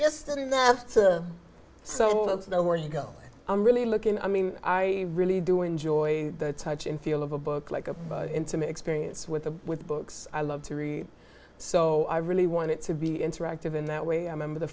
just enough to so you know where you go i'm really looking i mean i really do enjoy the touch and feel of a book like a intimate experience with a with books i love to read so i really want it to be interactive in that way i member the